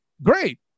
Great